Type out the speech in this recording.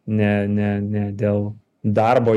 ne ne ne dėl darbo